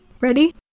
Ready